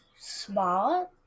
smart